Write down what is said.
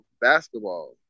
basketball